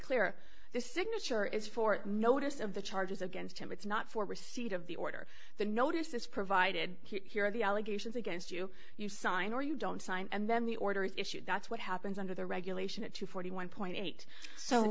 clear the signature is for notice of the charges against him it's not for receipt of the order the notice that's provided here of the allegations against you you sign or you don't sign and then the order is issued that's what happens under the regulation at two forty one point eight so